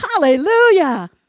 Hallelujah